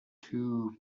two